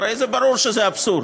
הרי זה ברור שזה אבסורד.